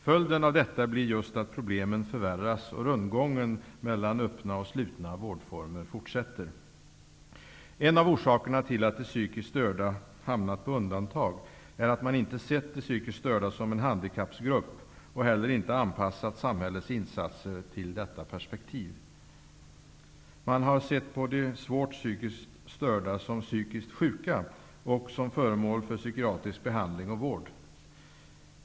Följden av detta blir just att problemen för värras, och rundgången mellan öppna och slutna vårdformer fortsätter. En av orsakerna till att de psykiskt störda ham nat på undantag är att man inte sett de psykiskt störda som en handikappgrupp och heller inte an passat samhällets insatser till detta perspektiv. Man har sett på de svårt psykiskt störda som psy kiskt sjuka och som föremål för psykiatrisk be handling och vård.